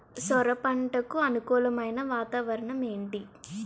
సొర పంటకు అనుకూలమైన వాతావరణం ఏంటి?